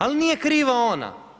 Ali nije kriva ona.